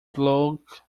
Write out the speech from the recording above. bloke